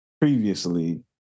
previously